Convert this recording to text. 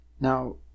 Now